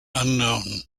unknown